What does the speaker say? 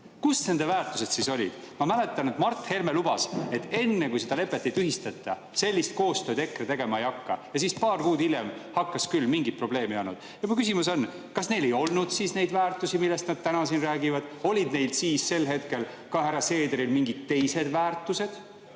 Kus nende väärtused siis olid? Ma mäletan, et Mart Helme lubas, et enne, kui seda lepet ei tühistata, sellist koostööd EKRE tegema ei hakka, ja siis paar kuud hiljem hakkas küll, mingit probleemi ei olnud. Mu küsimus on, kas neil ei olnud siis neid väärtusi, millest nad täna siin räägivad, olid neil siis sel hetkel, ka härra Seederil, mingid teised väärtused